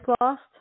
Lost